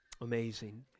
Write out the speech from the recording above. Amazing